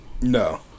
No